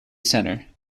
centre